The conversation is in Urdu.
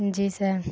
جی سر